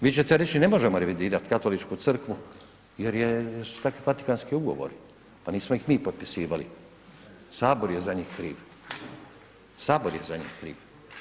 Vi ćete reći ne možemo revidirat Katoličku crkvu jer su takvi Vatikanski ugovori, pa nismo ih mi potpisivali, HS je za njih kriv, HS je za njih kriv.